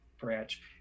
branch